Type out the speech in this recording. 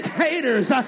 haters